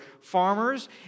farmers